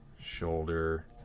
Shoulder